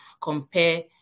compare